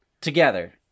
Together